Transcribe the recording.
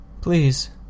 Please